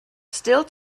still